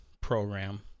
program